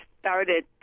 started